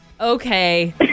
okay